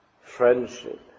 friendship